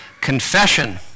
confession